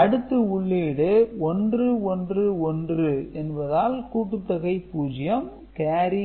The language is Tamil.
அடுத்து உள்ளீடு 111 என்பதால் கூட்டுத்தொகை 0 கேரி